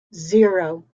zero